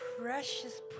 precious